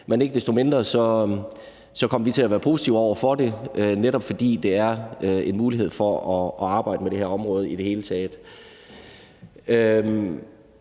men ikke desto mindre kommer vi til at være positive over for det, netop fordi det er en mulighed for at arbejde med det her område i det hele taget.